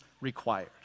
required